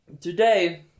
today